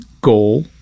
goal